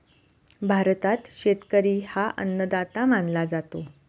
भारतात शेतकरी हा अन्नदाता मानला जातो